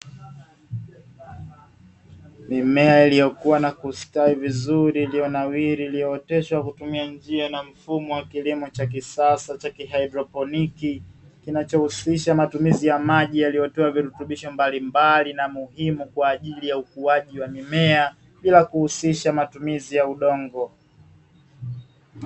Mimea iliyokua na kustawi vizuri iliyo nawiri iliyooteshwa kutumia njia na mfumo wa kilimo cha kisasa cha kihaidroponiki kinachohusisha matumizi ya maji yaliyotiwa virutubisho mbalimbali na muhimu kwa ajili ya ukuaji wa mimea bila kuhusisha matumizi ya udongo.